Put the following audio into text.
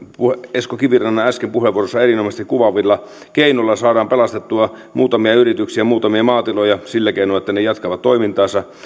esko kivirannan äsken puheenvuorossaan erinomaisesti kuvaamilla keinoilla saadaan pelastettua muutamia yrityksiä ja muutamia maatiloja sillä keinoin että ne jatkavat toimintaansa ja